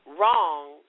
wrong